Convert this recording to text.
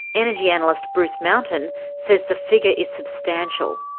energy analyst bruce mountain says the figure is substantial.